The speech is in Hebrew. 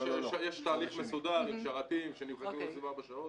יש תהליך מסודר עם שרתים שנבדקים 24 שעות.